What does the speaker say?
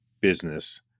business